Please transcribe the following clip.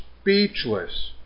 speechless